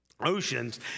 oceans